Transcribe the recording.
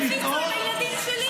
הייתי בוויצו עם הילדים שלי.